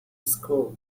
scroll